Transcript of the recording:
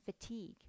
fatigue